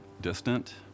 distant